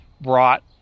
brought